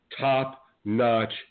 top-notch